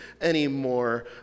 anymore